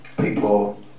people